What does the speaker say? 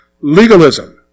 legalism